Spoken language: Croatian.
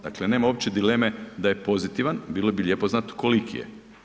Dakle, nema uopće dileme da je pozitivan, bilo bi lijepo znati koliki je.